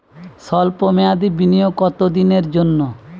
সল্প মেয়াদি বিনিয়োগ কত দিনের জন্য?